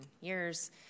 years